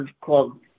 called